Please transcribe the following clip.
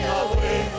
away